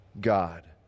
God